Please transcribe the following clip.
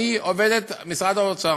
אני עובדת משרד האוצר.